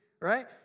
right